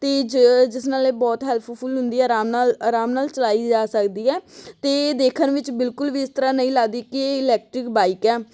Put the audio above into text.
ਅਤੇ ਜ ਜਿਸ ਨਾਲ ਇਹ ਬਹੁਤ ਹੈਲਪਫੁੱਲ ਹੁੰਦੀ ਹੈ ਆਰਾਮ ਨਾਲ ਆਰਾਮ ਨਾਲ ਚਲਾਈ ਜਾ ਸਕਦੀ ਹੈ ਅਤੇ ਦੇਖਣ ਵਿੱਚ ਬਿਲਕੁਲ ਵੀ ਇਸ ਤਰ੍ਹਾਂ ਨਹੀਂ ਲੱਗਦੀ ਕਿ ਇਲੈਕਟ੍ਰਿਕ ਬਾਈਕ ਹੈ